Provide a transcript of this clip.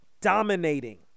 dominating